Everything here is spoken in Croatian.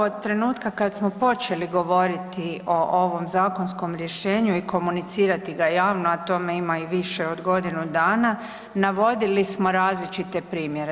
Od trenutka kad smo počeli govoriti o ovom zakonskom rješenju i komunicirati ga javno, a tome ima i više od godinu dana navodili smo različite primjere.